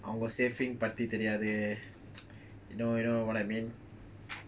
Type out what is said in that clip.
our saving பத்திதெரியாது:paththi theriathu you know you know what I mean